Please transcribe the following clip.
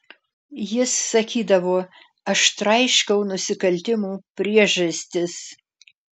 jis sakydavo aš traiškau nusikaltimų priežastis